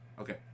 Okay